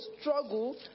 struggle